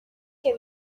que